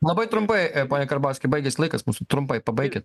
labai trumpai pone karbauski baigėsi laikas mūsų trumpai pabaikit